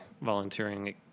volunteering